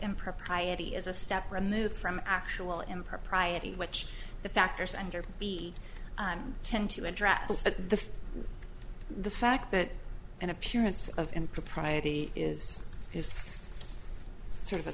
impropriety is a step removed from actual impropriety which the factors and or the tend to address the the fact that an appearance of impropriety is this sort of a